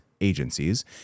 agencies